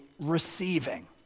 receiving